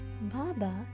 Baba